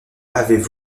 avaient